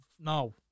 No